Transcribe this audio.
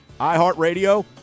iHeartRadio